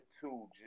two